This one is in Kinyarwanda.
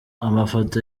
amafoto